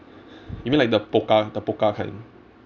you mean like the pokka the pokka can